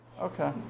Okay